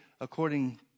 according